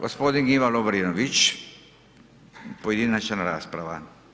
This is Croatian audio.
Gospodin Ivan Lovrinović, pojedinačna rasprava.